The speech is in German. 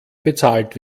bezahlt